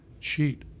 cheat